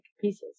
pieces